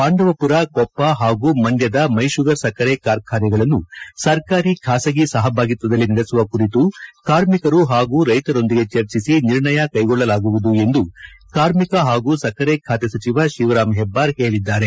ಪಾಂಡವಮರ ಕೊಪ್ಪ ಹಾಗೂ ಮಂಡ್ಯದ ಮೈ ಶುಗರ್ ಸಕ್ಕರೆ ಕಾರ್ಖಾನೆಗಳನ್ನು ಸರ್ಕಾರಿ ಖಾಸಗಿ ಸಹಭಾಗಿತ್ವದಲ್ಲಿ ನಡೆಸುವ ಕುರಿತು ಕಾರ್ಮಿಕರು ಹಾಗೂ ರೈತರೊಂದಿಗೆ ಚರ್ಚಿಸಿ ನಿರ್ಣಯ ಕೈಗೊಳ್ಳಲಾಗುವುದು ಎಂದು ಕಾರ್ಮಿಕ ಹಾಗೂ ಸಕ್ಕರೆ ಬಾತೆ ಸಚಿವ ಶಿವರಾಂ ಹೆಬ್ಬಾರ್ ಹೇಳಿದ್ದಾರೆ